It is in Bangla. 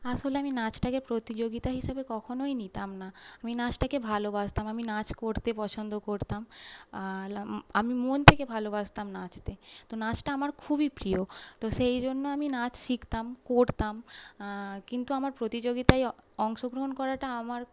আসলে আমি নাচটাকে প্রতিযোগিতা হিসেবে কখনোই নিতাম না আমি নাচটাকে ভালবাসতাম আমি নাচ করতে পছন্দ করতাম আমি মন থেকে ভালবাসতাম নাচতে তো নাচটা আমার খুবই প্রিয় তো সেই জন্য আমি নাচ শিখতাম করতাম কিন্তু আমার প্রতিযোগিতায় অংশগ্রহণ করাটা আমার